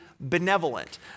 benevolent